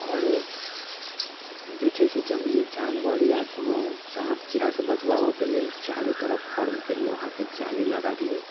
आओर जे छै से जङ्गली जानवर या कोनो साँप कीड़ासँ बचबाबऽके लेल चारू तरफ फर्मके लोहाके जाली लगा दियौ